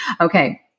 Okay